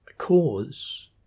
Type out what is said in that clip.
cause